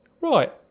Right